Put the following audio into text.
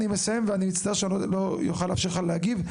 אני מסיים ואני מצטער שאני לא אוכל לאפשר לך להגיב,